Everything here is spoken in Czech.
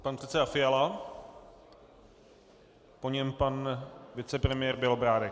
Pan předseda Fiala, po něm pan vicepremiér Bělobrádek.